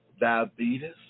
diabetes